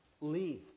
leave